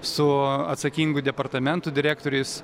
su atsakingų departamentų direktoriais